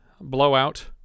blowout